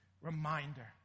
reminder